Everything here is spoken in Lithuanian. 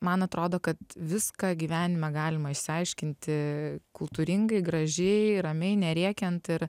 man atrodo kad viską gyvenime galima išsiaiškinti kultūringai gražiai ramiai nerėkiant ir